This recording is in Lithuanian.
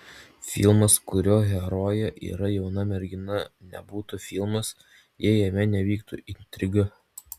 filmas kurio herojė yra jauna mergina nebūtų filmas jei jame nevyktų intriga